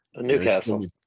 Newcastle